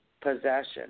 Possession